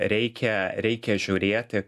reikia reikia žiūrėti